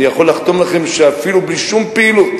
אני יכול לחתום לכם שאפילו בלי שום פעילות